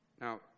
Now